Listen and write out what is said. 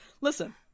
listen